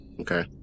Okay